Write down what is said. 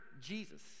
Jesus